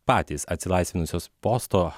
patys atsilaisvinusios posto